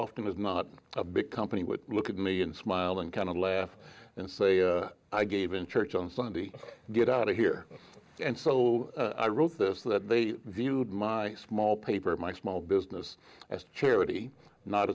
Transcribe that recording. often as not a big company would look at me and smile and kind of laugh and say i gave in church on sunday get out of here and so i wrote this that they viewed my small paper my small business as a charity not